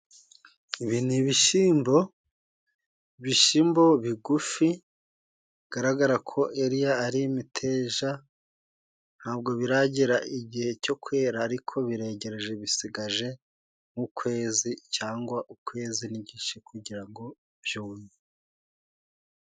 Ibi ni ibishyimbo, ibishyimbo bigufi bigaragara ko hariya ari imiteja, ntabwo biragera igihe cyo kwera ariko biregereje bisigaje nk'ukwezi cyangwa ukwezi n'igice kugira ngo byumye.